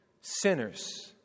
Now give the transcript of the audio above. sinners